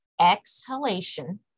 exhalation